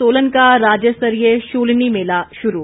सोलन का राज्य स्तरीय शूलिनी मेला शुरू